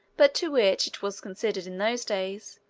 but to which it was considered, in those days,